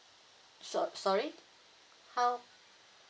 so sorry how